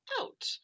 out